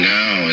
now